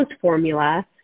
formula